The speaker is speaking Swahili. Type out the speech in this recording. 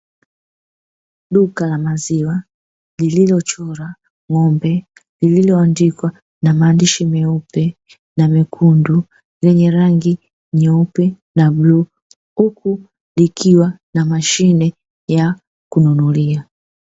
Duka la maziwa lililochorwa ng'ombe, lililoandikwa namaandishi meupe na mekundu, lenye rangi nyeupe na bluu huku likiwa na mashine ya kununulia.